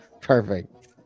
Perfect